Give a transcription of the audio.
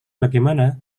bagaimana